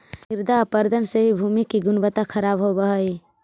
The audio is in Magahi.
मृदा अपरदन से भी भूमि की गुणवत्ता खराब होव हई